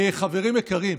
חברים יקרים,